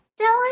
dylan